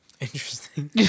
Interesting